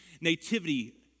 nativity